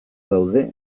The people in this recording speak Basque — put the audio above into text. daude